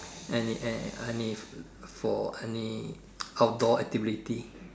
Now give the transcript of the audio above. any an any for any outdoor activity